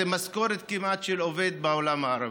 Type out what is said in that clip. זו כמעט משכורת של עובד בעולם הערבי.